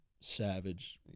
savage